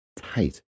Tight